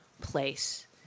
place